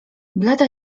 blada